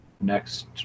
next